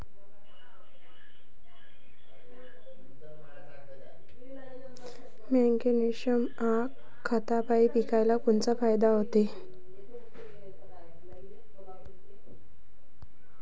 Magnesium ह्या खतापायी पिकाले कोनचा फायदा होते?